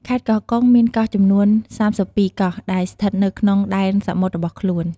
ខេត្តកោះកុងមាន កោះចំនួន ៣២ កោះដែលស្ថិតនៅក្នុងដែនសមុទ្ររបស់ខ្លួន។